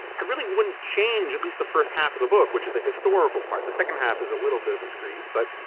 i really wouldn't change at least the first half of the book which is the historical part. the second half is a little bit of a screed but